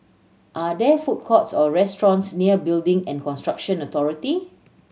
are there food courts or restaurants near Building and Construction Authority